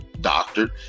doctored